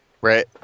Right